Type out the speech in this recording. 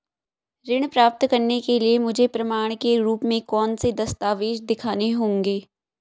ऋण प्राप्त करने के लिए मुझे प्रमाण के रूप में कौन से दस्तावेज़ दिखाने होंगे?